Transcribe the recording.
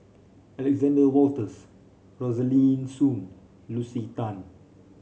Alexander Wolters Rosaline Soon Lucy Tan